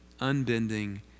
unbending